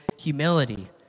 humility